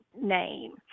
name